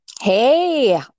Hey